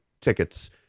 tickets